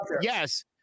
yes